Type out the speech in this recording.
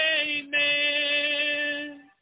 Amen